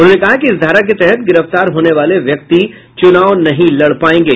उन्होंने कहा कि इस धारा के तहत गिरफ्तार होने वाले व्यक्ति चुनाव नहीं लड़ पायेंगे